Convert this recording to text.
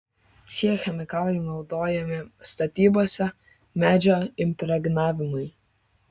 šie chemikalai naudojami statybose medžio impregnavimui